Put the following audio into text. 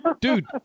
dude